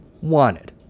Wanted